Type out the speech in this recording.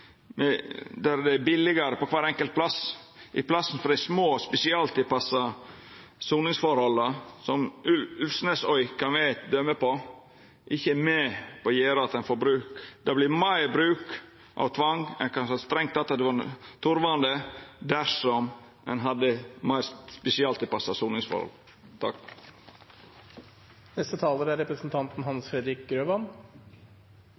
der det vert billigare for kvar enkelt plass, i staden for dei små, spesialtilpassa soningsforholda, som Ulvsnesøy kan vera eit døme på, er med på å gjera at ein bruker tvang. Det vert meir bruk av tvang som kanskje ikkje hadde vore turvande dersom ein hadde meir spesialtilpassa soningsforhold. Ombudsmannens oppgave er